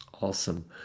Awesome